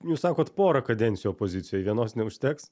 jūs sakot porą kadencijų opozicijoj vienos neužteks